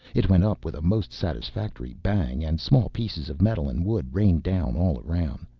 it went up with a most satisfactory bang and small pieces of metal and wood rained down all around.